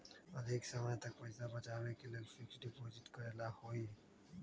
अधिक समय तक पईसा बचाव के लिए फिक्स डिपॉजिट करेला होयई?